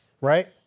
right